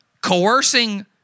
coercing